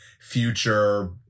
future